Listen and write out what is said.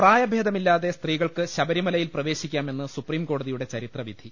പ്രായഭേദമില്ലാതെ സ്ത്രീകൾക്ക് ശബരിമലയിൽ പ്രവേശിക്കാമെന്ന് സുപ്രീംകോടതിയുടെ ചരിത്രവിധി